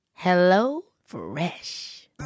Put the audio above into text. HelloFresh